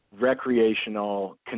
recreational